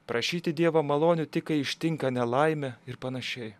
prašyti dievo malonių tik kai ištinka nelaimė ir panašiai